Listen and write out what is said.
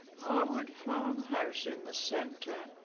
harwood farm house in the centre.